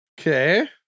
Okay